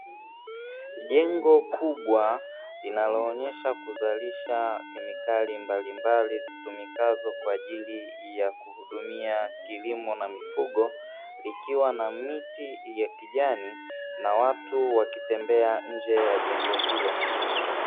Jengo kubwa linaloonyesha kuzalisha kemikali mbalimbali zitumikazo kwa ajili ya kuhudumia kilimo na mifugo likiwa na miti ya kijani na watu wakitembea nje ya jengo hilo